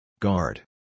Guard